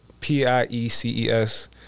P-I-E-C-E-S